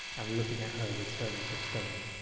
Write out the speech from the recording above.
and looking at her would turn you to stone.